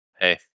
Hey